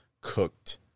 cooked